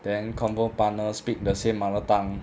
then convo partner speak the same mother tongue